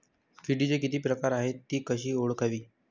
किडीचे किती प्रकार आहेत? ति कशी ओळखावी?